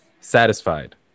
Satisfied